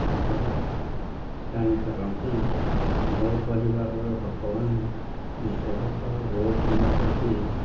ଖବର ଜାଣିପାରନ୍ତି ମୋ ପରିବାରର ଲୋକମାନେ ବିଶେଷତଃ ଓଟିଭି ପ୍ରତି